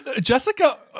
Jessica